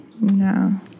No